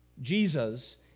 Jesus